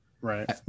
right